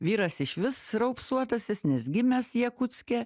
vyras išvis raupsuotasis nes gimęs jakutske